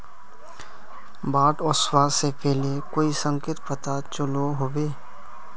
बाढ़ ओसबा से पहले कोई संकेत पता चलो होबे?